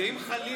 לא נראה לי.